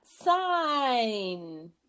sign